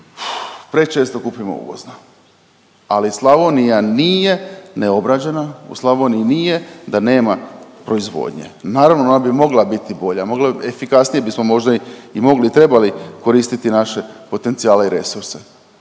prečesto kupimo uvozno. Ali Slavonija nije neobrađena, u Slavoniji nije da nema proizvodnje, naravno ona bi mogla biti bolja, mogla, efikasnije bismo možda i mogli i trebali koristiti naše potencijale i resurse.